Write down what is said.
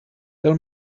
tell